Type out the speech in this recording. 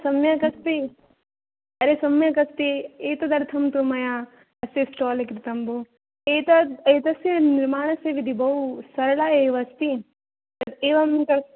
सम्यक् अस्ति अरे सम्यक् अस्ति एतदर्थं तु मया अस्य स्टाल् कृतं भोः एतत् एतस्य निर्माणस्य विधिः बहु सरला एव अस्ति एवं तत्